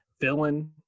villain